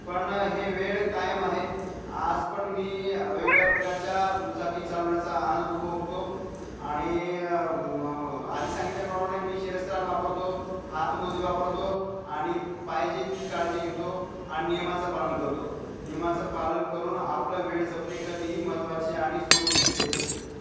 पण हे वेड कायम आहे आज पण मी वेगवेगळ्या प्रकारच्या दुचाकी चालवण्याचा आनंद उपभोगतो आणि म आधी सांगितल्याप्रमाणे मी शिरस्त्राण वापरतो हातमोजे वापरतो आणि पाहिजे ती काळजी घेतो आणि नियमाचं पालन करतो नियमाचं पालन करून आपलं वेड जपणे कधीही महत्त्वाचे आणि सुरक्षिततेचे